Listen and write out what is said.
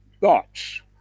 thoughts